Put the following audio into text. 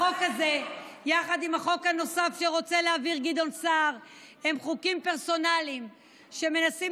החוק הזה והחוק הנוסף שרוצה להעביר גדעון סער הם חוקים פרסונליים שמנסים